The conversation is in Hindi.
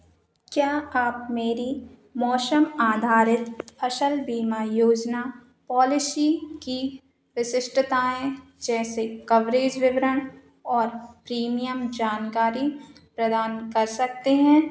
क्या आप मेरी मौसम आधारित फ़सल बीमा योजना पॉलिसी की विशिष्टताएँ जैसे कवरेज विवरण और प्रीमियम जानकारी प्रदान कर सकते हैं